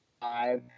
five